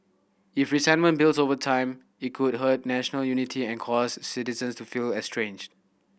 if resentment builds over time it could hurt national unity and cause citizens to feel estranged